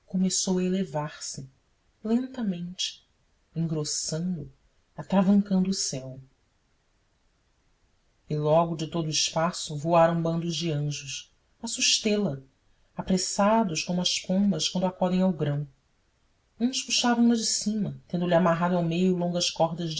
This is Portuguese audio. a elevar-se lentamente engrossando atravancando o céu e logo de todo o espaço voaram bandos de anjos a sustê la apressados como as pombas quando acodem ao grão uns puxavam na de cima tendo-lhe amarrado ao meio longas cordas